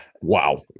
wow